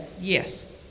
yes